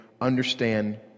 understand